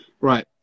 right